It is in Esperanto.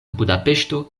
budapeŝto